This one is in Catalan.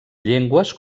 llengües